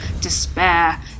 despair